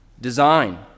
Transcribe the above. design